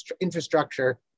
infrastructure